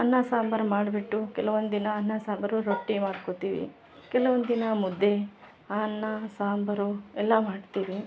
ಅನ್ನ ಸಾಂಬಾರ್ ಮಾಡಿಬಿಟ್ಟು ಕೆಲ್ವಂದು ದಿನ ಅನ್ನ ಸಾಂಬಾರು ರೊಟ್ಟಿ ಮಾಡ್ಕೋತೀವಿ ಕೆಲ್ವಂದು ದಿನ ಮುದ್ದೆ ಅನ್ನ ಸಾಂಬಾರು ಎಲ್ಲ ಮಾಡ್ತೀವಿ